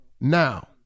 Now